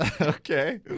Okay